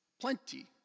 plenty